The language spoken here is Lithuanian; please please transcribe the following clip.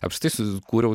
apskritai sukūriau